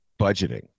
budgeting